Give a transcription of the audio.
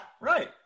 right